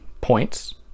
points